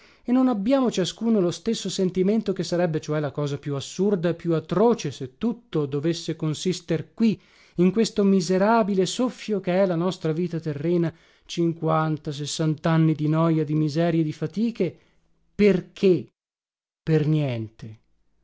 e non abbiamo ciascuno lo stesso sentimento che sarebbe cioè la cosa più assurda e più atroce se tutto dovesse consister qui in questo miserabile soffio che è la nostra vita terrena cinquanta sessantanni di noja di miserie di fatiche perché per niente